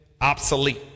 obsolete